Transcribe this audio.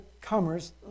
comers